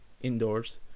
indoors